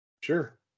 Sure